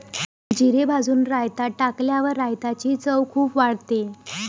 जिरे भाजून रायतात टाकल्यावर रायताची चव खूप वाढते